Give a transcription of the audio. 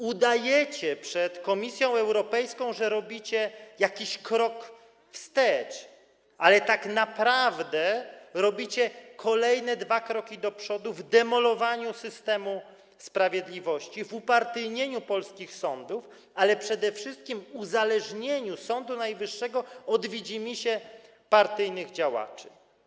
Udajecie przed Komisją Europejską, że robicie jakiś krok wstecz, ale tak naprawdę robicie kolejne dwa kroki do przodu w demolowaniu systemu sprawiedliwości, w upartyjnieniu polskich sądów, ale przede wszystkim w uzależnieniu Sądu Najwyższego od widzimisię partyjnych działaczy.